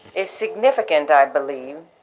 a significant, i believe.